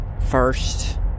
first